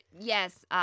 Yes